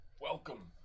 Welcome